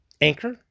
Anchor